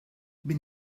min